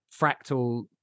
fractal